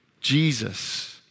Jesus